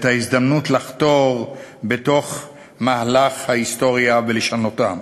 את ההזדמנות לחתור בתוך מהלך ההיסטוריה ולשנותה.